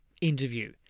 interview